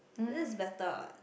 that's better [what]